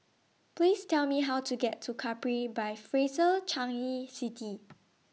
Please Tell Me How to get to Capri By Fraser Changi City